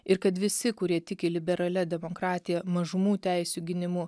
ir kad visi kurie tiki liberalia demokratija mažumų teisių gynimu